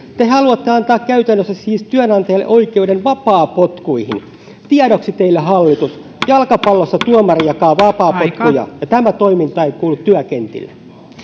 te haluatte antaa käytännössä siis työnantajille oikeuden vapaapotkuihin tiedoksi teille hallitus jalkapallossa tuomari jakaa vapaapotkuja ja tämä toiminta ei kuulu työkentille